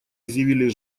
изъявили